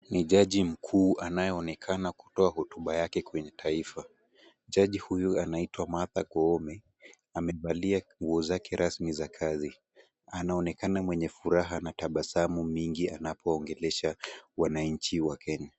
Ni jaji mkuu anayeonekana kutoa hotuba yake kwenye taifa. Jaji huyu anaitwa Martha Koome, amevalia nguo zake rasmi za kazi. Anaonekana mwenye furaha na tabasamu mingi anapo ongelesha wananchi wa Kenya.